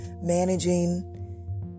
managing